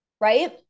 right